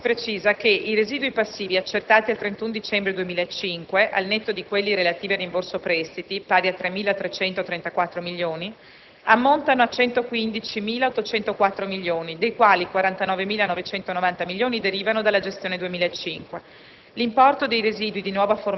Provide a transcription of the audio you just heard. Passando poi ai residui, si precisa che i residui passivi accertati al 31 dicembre 2005, al netto di quelli relativi al rimborso prestiti (pari a 3.334 milioni), ammontano a 115.804 milioni, dei quali 49.990 milioni derivano dalla gestione 2005.